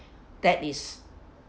that is